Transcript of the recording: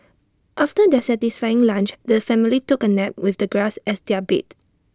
after their satisfying lunch the family took A nap with the grass as their bed